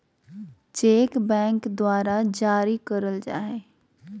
cheque bank द्वारा जारी करल जाय हय